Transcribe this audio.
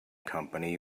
company